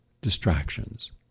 distractions